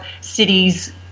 cities